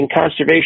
conservation